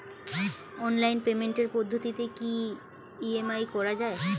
Online পেমেন্টের পদ্ধতিতে কি ই.এম.আই করা যায়?